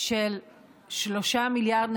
של 3.7 מיליארד,